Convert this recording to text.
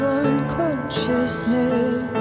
unconsciousness